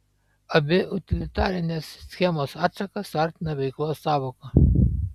abi utilitarinės schemos atšakas suartina veiklos sąvoka